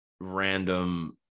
random